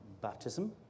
baptism